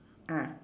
ah